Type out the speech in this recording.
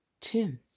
tenth